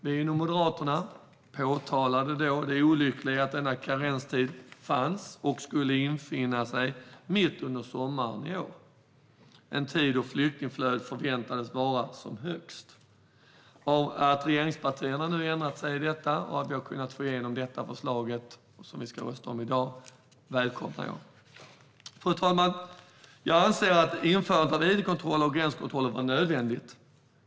Vi inom Moderaterna påtalade då det olyckliga i att denna karenstid fanns och skulle införas mitt under sommaren i år - en tid då flyktingflödet förväntades vara som högst. Jag välkomnar att regeringspartierna nu har ändrat sig och att vi har kunnat få igenom detta förslag som vi ska rösta om i dag. Fru talman! Jag anser att införandet av id-kontroller och gränskontroller var nödvändigt.